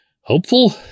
hopeful